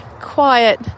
quiet